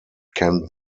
can